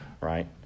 right